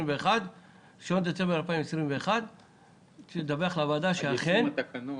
2021 לדווח לוועדה על אופן יישום התקנות,